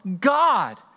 God